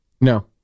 No